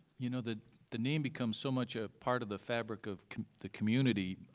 you know the the name becomes so much a part of the fabric of the community.